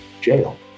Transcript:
Jail